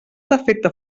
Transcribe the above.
defecte